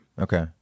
okay